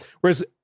whereas